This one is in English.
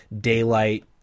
daylight